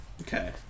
Okay